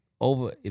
over